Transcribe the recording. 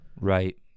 Right